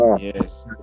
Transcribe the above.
yes